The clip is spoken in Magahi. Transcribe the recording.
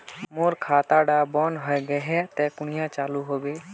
मोर खाता डा बन है गहिये ते कन्हे चालू हैबे?